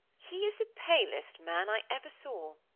he is the palest man i ever saw.